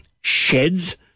sheds